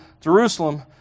Jerusalem